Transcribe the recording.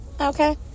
okay